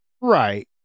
right